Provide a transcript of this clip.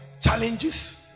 challenges